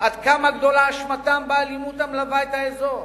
עד כמה גדולה אשמתם באלימות המלווה את האזור.